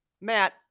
Matt